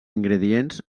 ingredients